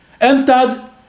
entered